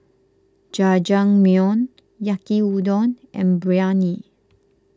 Jajangmyeon Yaki Udon and Biryani